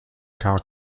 cow